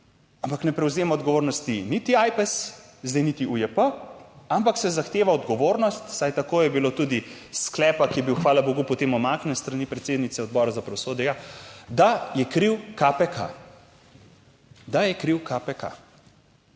Ampak ne prevzema odgovornosti niti Ajpes, zdaj niti UJP, ampak se zahteva odgovornost, vsaj tako je bilo tudi sklepa, ki je bil hvala bogu potem umaknjen s strani predsednice Odbora za pravosodje, ja, da je kriv KPK. Da je kriv KPK.